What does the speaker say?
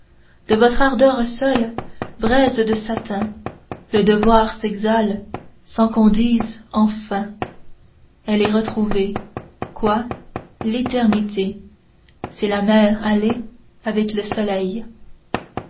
de votre ardeur seule braises de satin le devoir s'exhale sans qu'on dise enfin elle est retrouvée quoi l'éternité c'est la mer allée avec le soleil